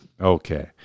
Okay